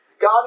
God